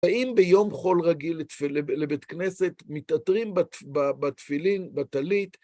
האם ביום חול רגיל לבית כנסת מתעטרים בתפילין, בטלית?